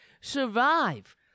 survive